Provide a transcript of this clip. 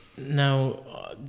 now